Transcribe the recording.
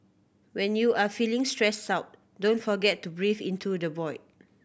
when you are feeling stressed out don't forget to breathe into the void